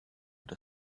with